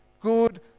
good